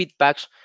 feedbacks